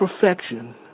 perfection